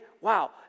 wow